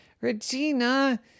Regina